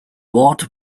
water